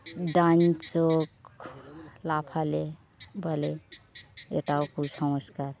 ডান চোখ লাফালে বলে এটাও কুসংস্কার